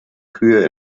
kühe